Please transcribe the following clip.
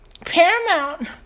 Paramount